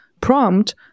prompt